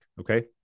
okay